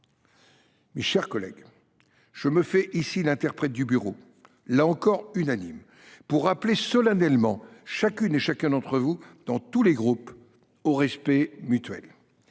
Mes chers collègues, je me fais ici l’interprète du bureau du Sénat, là encore unanime, pour appeler solennellement chacune et chacun d’entre vous, dans tous les groupes, au respect mutuel.